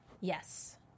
Yes